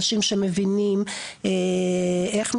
אנשים שמבינים איך מתנהלים.